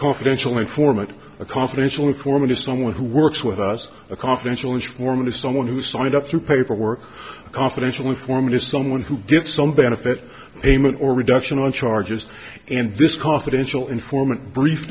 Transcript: confidential informant a confidential informant someone who works with us a confidential informant is someone who signed up through paperwork confidential informant is someone who gets some benefit payment or reduction on charges and this confidential informant brief